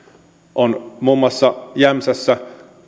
muun muassa jämsässä